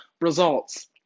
results